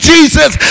Jesus